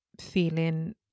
feeling